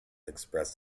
expressed